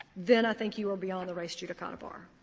then i think you are beyond the res judicata bar.